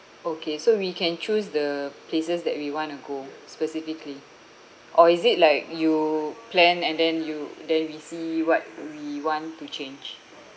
okay so we can choose the places that we want to go specifically or is it like you plan and then you then we see what we want to change